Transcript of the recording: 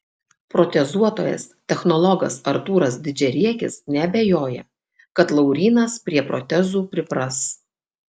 protezuotojas technologas artūras didžiariekis neabejoja kad laurynas prie protezų pripras